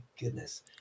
goodness